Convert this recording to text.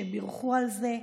שבירכו על זה.